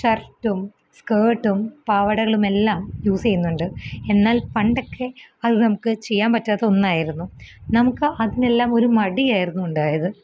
ഷര്ട്ടും സ്കേട്ടും പാവാടകളുമെല്ലാം യൂസ് ചെയ്യുന്നുണ്ട് എന്നാല് പണ്ടൊക്കെ അത് നമുക്ക് ചെയ്യാമ്പറ്റാത്ത ഒന്നായിരുന്നു നമുക്ക് അതിനെല്ലാം ഒരു മടിയായിരുന്നു ഉണ്ടായത്